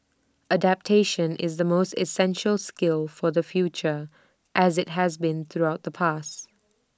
adaptation is the most essential skill for the future as IT has been throughout the past